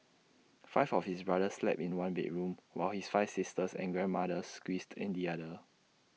five of his brothers slept in one bedroom while his five sisters and grandmother squeezed in the other